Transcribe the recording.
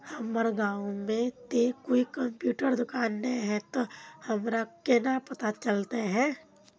हमर गाँव में ते कोई कंप्यूटर दुकान ने है ते हमरा केना पता चलते है?